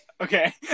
okay